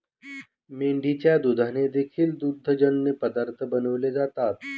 मेंढीच्या दुधाने देखील दुग्धजन्य पदार्थ बनवले जातात